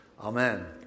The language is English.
Amen